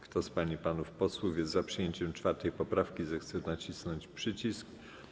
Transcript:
Kto z pań i panów posłów jest za przyjęciem 4. poprawki, zechce nacisnąć przycisk.